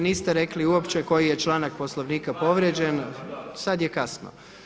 Dakle niste rekli uopće koji je članak Poslovnika povrijeđen. … [[Upadica se ne čuje.]] Sad je kasno.